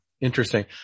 Interesting